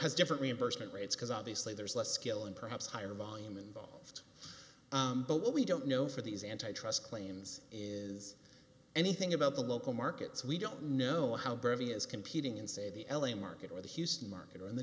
has different reimbursement rates because obviously there's less skill and perhaps higher volume involved but what we don't know for these antitrust claims is anything about the local markets we don't know how bradley is competing in say the l a market or the houston market or in the